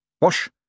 Wash